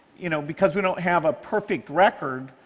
you know because we don't have a perfect record,